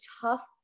tough